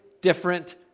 different